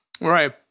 Right